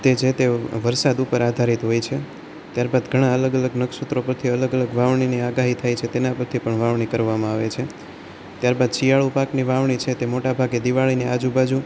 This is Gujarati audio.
તે જે તે વરસાદ ઉપર આધારિત હોય છે ત્યારબાદ ઘણા અલગ અલગ નક્ષત્રો પરથી અલગ અલગ વાવણીની આગાહી થાય છે તેના પરથી પણ વાવણી કરવામાં આવે છે ત્યારબાદ શિયાળું પાકની વાવણી છે તે મોટા ભાગે દિવાળીની આજુબાજુ